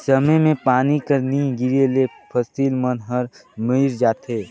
समे मे पानी कर नी गिरे ले फसिल मन हर मइर जाथे